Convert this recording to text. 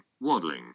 Waddling